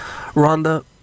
Rhonda